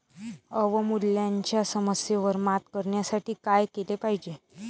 अवमूल्यनाच्या समस्येवर मात करण्यासाठी काय केले पाहिजे?